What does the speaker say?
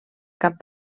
cap